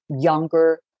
younger